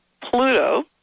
Pluto